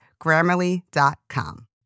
Grammarly.com